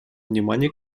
внимание